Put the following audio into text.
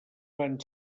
van